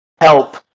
help